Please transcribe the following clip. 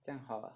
这样好 ah